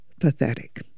pathetic